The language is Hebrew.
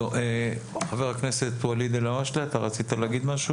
חבר הכנסת ואליד אלהואשלה, רצית להגיד משהו